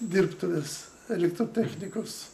dirbtuves elektrotechnikos